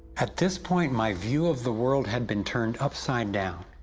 at this point, my view of the world had been turned upside down.